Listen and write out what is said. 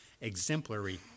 exemplary